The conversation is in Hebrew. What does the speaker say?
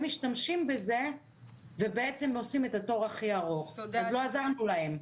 משתמשים בזה ובעצם עושים את התור הכי ארוך ואז לא עזרנו להם.